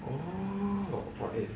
oh okay